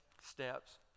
steps